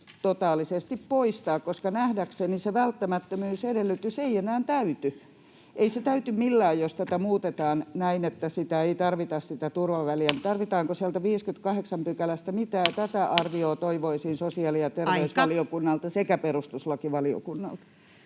totaalisesti poistaa, koska nähdäkseni se välttämättömyysedellytys ei enää täyty? Ei se täyty millään, jos tätä muutetaan näin, että sitä turvaväliä ei tarvita. Tarvitaanko sieltä 58 §:stä mitään? Tätä arviota toivoisin sosiaali- ja terveysvaliokunnalta [Puhemies: Aika!] sekä perustuslakivaliokunnalta.